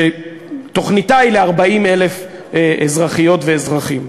שתוכניתה היא ל-40,000 אזרחיות ואזרחים,